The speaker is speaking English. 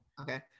Okay